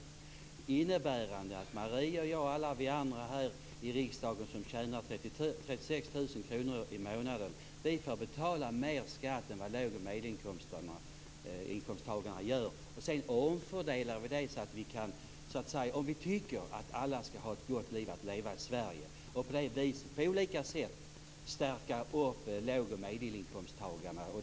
Det innebär att Marie, jag och alla vi andra här i riksdagen som tjänar 36 000 kr i månaden får betala mer skatt än vad låg och medelinkomsttagarna gör, och sedan omfördelas det så att vi, om vi tycker att alla i Sverige skall kunna leva ett gott liv, på olika sätt stärker låg och medelinkomsttagarna.